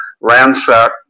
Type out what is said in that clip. ransack